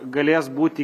galės būti